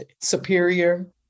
superior